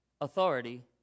authority